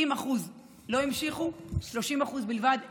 70% לא המשיכו, 305 בלבד המשיכו.